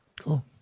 Cool